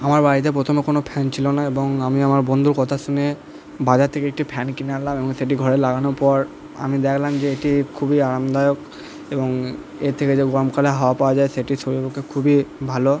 আমার বাড়িতে প্রথমে কোনো ফ্যান ছিল না এবং আমি আমার বন্ধুর কথা শুনে বাজার থেকে একটি ফ্যান কিনে আনলাম এবং সেটি ঘরে লাগানোর পর আমি দেখলাম যে এটি খুবই আমারদায়ক এবং এর থেকে যে গরমকালে হাওয়া পাওয়া যায় সেটি শরীরের পক্ষে খুবই ভালো